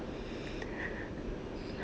!huh!